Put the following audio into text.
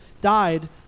died